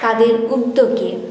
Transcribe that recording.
তাদের উদ্যোগে